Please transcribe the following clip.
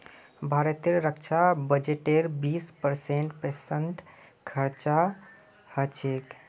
भारतेर रक्षा बजटेर बीस परसेंट पेंशनत खरचा ह छेक